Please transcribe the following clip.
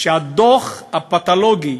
הדוח הפתולוגי